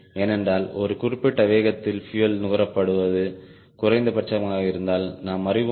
ஏனென்றால் ஒரு குறிப்பிட்ட வேதத்தில் பியூயல் நுகரப்படுவது குறைந்தபட்சமாக இருப்பதை நாம் அறிவோம்